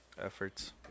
efforts